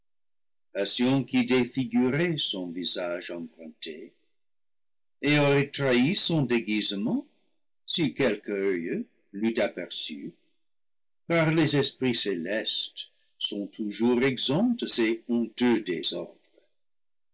défiguraient son visage emprunté et auraient trahi son déguisement si quelque oeil l'eût aperçu car les esprits célestes sont toujours exempts de ces honteux désordres